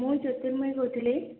ମୁଁ ଜୋତିର୍ମୟୀ କହୁଥିଲି